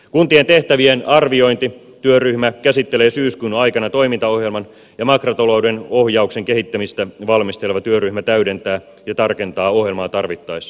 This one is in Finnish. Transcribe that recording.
kuntien tehtävien arviointi työryhmä käsittelee syyskuun aikana toimintaohjelman ja makrotalouden ohjauksen kehittämistä valmisteleva työryhmä täydentää ja tarkentaa ohjelmaa tarvittaessa